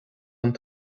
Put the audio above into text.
don